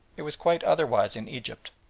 it was quite otherwise in egypt.